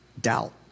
doubt